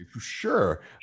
sure